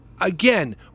again